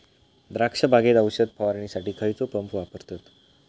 द्राक्ष बागेत औषध फवारणीसाठी खैयचो पंप वापरतत?